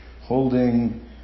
holding